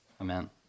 Amen